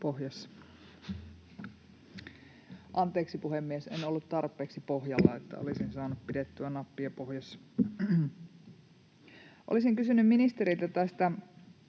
Anteeksi, puhemies, en ollut tarpeeksi pohjalla, että olisin saanut pidettyä nappia pohjassa. Olisin kysynyt ministeriltä tästä